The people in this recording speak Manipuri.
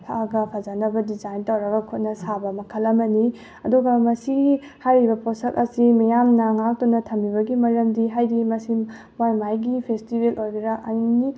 ꯍꯛꯑꯒ ꯐꯖꯅꯕ ꯗꯤꯖꯥꯏꯟ ꯇꯧꯔꯒ ꯈꯨꯠꯅ ꯁꯥꯕ ꯃꯈꯜ ꯑꯃꯅꯤ ꯑꯗꯨꯒ ꯃꯁꯤ ꯍꯥꯏꯔꯤꯕ ꯄꯣꯠꯁꯛ ꯑꯁꯤ ꯃꯤꯌꯥꯝꯅ ꯉꯥꯛꯇꯨꯅ ꯊꯝꯃꯤꯕꯒꯤ ꯃꯔꯝꯗꯤ ꯍꯥꯏꯗꯤ ꯃꯁꯤ ꯃꯥꯏ ꯃꯥꯏꯒꯤ ꯐꯦꯁꯇꯤꯕꯦꯜ ꯑꯣꯏꯒꯦꯔ ꯑꯦꯅꯤ